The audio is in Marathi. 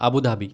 Abu Dhabi